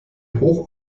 hoch